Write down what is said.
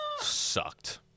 sucked